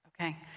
Okay